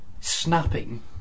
snapping